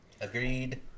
Agreed